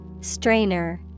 Strainer